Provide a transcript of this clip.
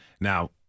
Now